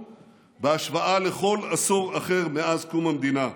בהשוואה לכל עשור אחר מאז קום המדינה.